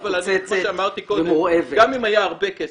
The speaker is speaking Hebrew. אבל כמו שאמרתי קודם, גם אם היה הרבה כסף,